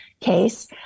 case